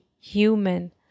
human